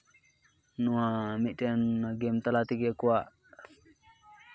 ᱱᱚᱣᱟ ᱢᱤᱫᱴᱮᱱ ᱜᱮᱢ ᱛᱟᱞᱟ ᱛᱮᱜᱮ ᱟᱠᱚᱣᱟᱜ